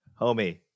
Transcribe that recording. homie